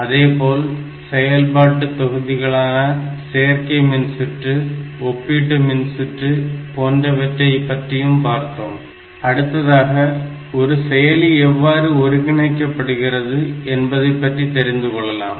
அதேபோல் செயல்பாட்டு தொகுதிகளான சேர்க்கை மின்சுற்று ஒப்பீட்டு மின்சுற்று போன்றவற்றை பற்றியும் பார்த்தோம் அடுத்ததாக ஒரு செயலி எவ்வாறு ஒருங்கிணைக்கப்படுகிறது என்பதை பற்றி தெரிந்துகொள்ளலாம்